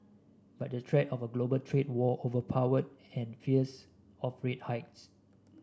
but the threat of a global trade war overpowered any fears of rate hikes